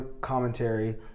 commentary